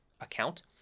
account